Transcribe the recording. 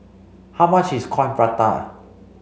how much is Coin Prata